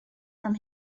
from